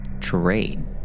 trade